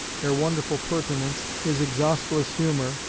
their wonderful pertinence, his exhaustless humor,